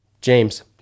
James